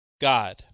God